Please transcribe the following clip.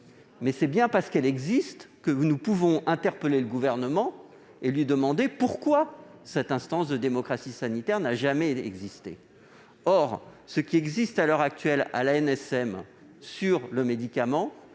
pourtant bien parce qu'elle existe que nous pouvons interpeller le Gouvernement et lui demander pourquoi cette instance de démocratie sanitaire n'a jamais été consultée. Ce qui existe à l'ANSM sur le médicament